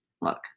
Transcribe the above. Look